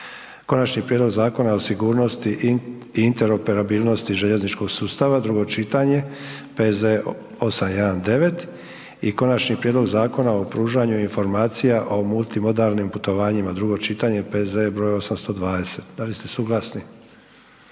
Konačni prijedlog Zakona o sigurnosti i interoperabilnosti željezničkog sustava, drugo čitanje, P.Z. 819. i - Konačni prijedlog Zakona o pružanju informacija o multimodalnim putovanjima, drugo čitanje, P.Z. br. 820. Da li ste suglasni?